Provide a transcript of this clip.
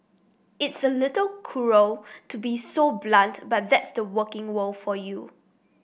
it's a little cruel to be so blunt but that's the working world for you